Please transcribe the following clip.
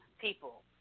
people